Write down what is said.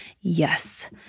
yes